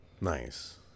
Nice